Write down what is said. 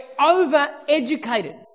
over-educated